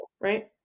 right